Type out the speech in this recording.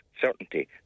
certainty